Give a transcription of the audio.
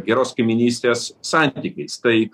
geros kaimynystės santykiais tai